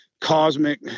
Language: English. cosmic